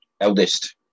eldest